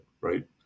right